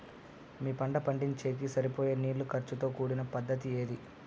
మీ పంట పండించేకి సరిపోయే నీళ్ల ఖర్చు తో కూడిన పద్ధతి ఏది?